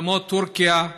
כמו טורקיה,